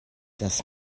das